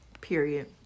period